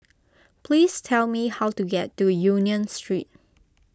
please tell me how to get to Union Street